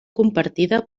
compartida